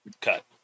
cut